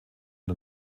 der